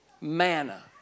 Manna